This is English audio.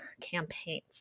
campaigns